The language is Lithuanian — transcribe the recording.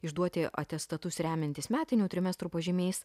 išduoti atestatus remiantis metinių trimestrų pažymiais